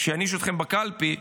שיעניש אתכם בקלפי.